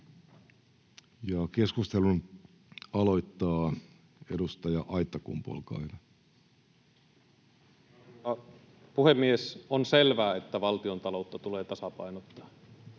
Keskustelun aloittaa edustaja Aittakumpu, olkaa hyvä. Arvoisa puhemies! On selvää, että valtiontaloutta tulee tasapainottaa.